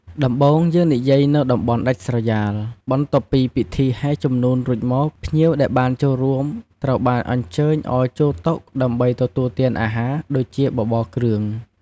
ដំបូងយើងនិយាយនៅតំបន់ដាច់ស្រយាល បន្ទាប់ពីពិធីហែជំនូនរួចមក ភ្ញៀវដែលបានចូលរួមត្រូវបានអញ្ជើញអោយចូលតុដើម្បីទទួលទានអាហារ ដូចជាបបរគ្រឿង។